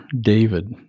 David